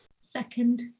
Second